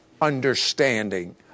understanding